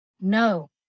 No